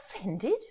Offended